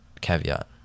caveat